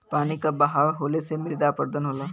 पानी क बहाव होले से मृदा अपरदन होला